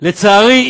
לצערי,